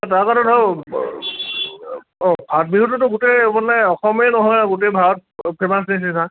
তাৰ কাৰণে ধৰক অঁ ফাট বিহুটোতো গোটেই মানে অসমেই নহয় গোটেই ভাৰত ফেমাছ নিচিনা